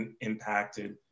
impacted